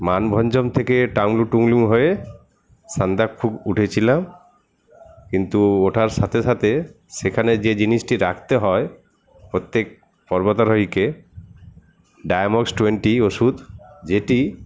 মানভঞ্জন টাংলু টুংলু হয়ে সান্দাকফু উঠেছিলাম কিন্তু ওঠার সাথে সাথে সেখানে যে জিনিসটি রাখতে হয় প্রত্যেক পর্বতারোহীকে ডায়ামোস্ট টোয়েন্টি ওষুধ যেটি